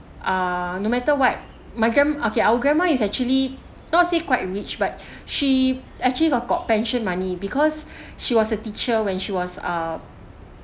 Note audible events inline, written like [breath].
uh no matter what my grand okay our grandma is actually not say quite rich but [breath] she actually got got pension money because [breath] she was a teacher when she was a